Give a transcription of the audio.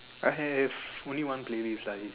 I have only one playlist lah it's